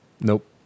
Nope